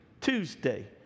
Tuesday